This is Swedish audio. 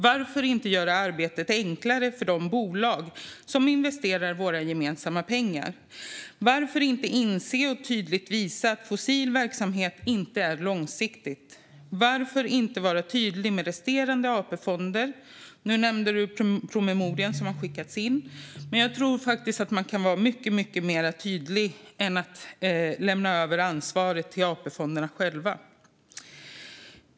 Varför inte göra arbetet enklare för de bolag som investerar våra gemensamma pengar? Varför inte inse och tydligt visa att fossil verksamhet inte är långsiktig? Varför inte vara tydlig med resterande AP-fonder? Ministern nämnde promemorian som skickats in, men jag tror att man kan vara mycket tydligare än att lämna över ansvaret till AP-fonderna själva.